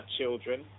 children